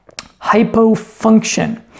hypofunction